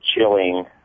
chilling